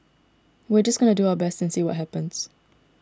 we are just going to do our best and see what happens